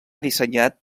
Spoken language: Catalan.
dissenyat